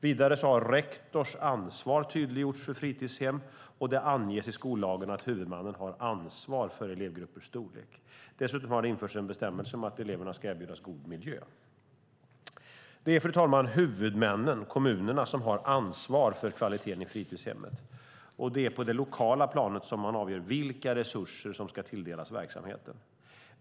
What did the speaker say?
Vidare har rektors ansvar för fritidshem tydliggjorts, och det anges i skollagen att huvudmannen har ansvar för elevgruppers storlek. Dessutom har det införts en bestämmelse om att eleverna ska erbjudas god miljö. Fru talman! Det är huvudmännen, kommunerna, som har ansvar för kvaliteten i fritidshemmet, och det är på det lokala planet som man avgör vilka resurser som ska tilldelas verksamheten.